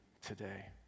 today